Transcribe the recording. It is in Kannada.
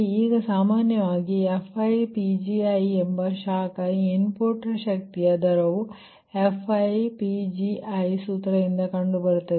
ಈಗ ಸಾಮಾನ್ಯವಾಗಿ FiPgi ಎಂಬ ಶಾಖ ಇನ್ಪುಟ್ ಶಕ್ತಿಯ ದರವು FiPgi ಸೂತ್ರದಿಂದ ಕಂಡುಬರುತ್ತದೆ